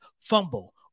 fumble